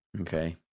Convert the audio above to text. okay